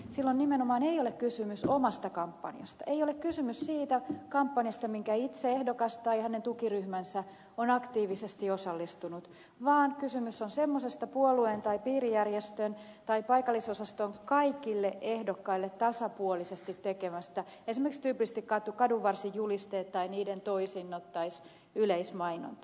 silloin nimenomaan ei ole kysymys omasta kampanjasta ei ole kysymys siitä kampanjasta johon itse ehdokas tai hänen tukiryhmänsä on aktiivisesti osallistunut vaan kysymys on semmoisesta puolueen tai piirijärjestön tai paikallisosaston kaikille ehdokkaille tasapuolisesti tekemästä kampanjasta esimerkiksi tyypillisesti kadunvarsijulisteet tai niiden toisinnot tai yleismainonta